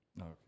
Okay